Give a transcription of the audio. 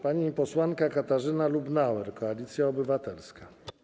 Pani posłanka Katarzyna Lubnauer, Koalicja Obywatelska.